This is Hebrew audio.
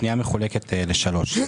הפנייה מחולקת לשלוש.